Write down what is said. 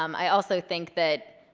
um i also think that